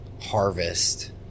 harvest